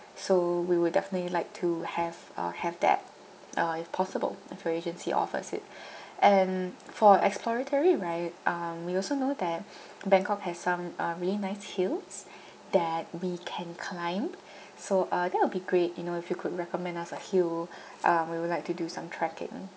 so we would definitely like to have uh have that uh if possible if your agency offers it and for exploratory right um we also know that bangkok has some uh really nice hills that we can climb so uh that will be great you know if you could recommend us a hill um we would like to do some trekking